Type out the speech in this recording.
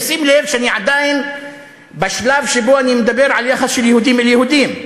ושים לב שאני עדיין בשלב שבו אני מדבר על יחס של יהודים אל יהודים.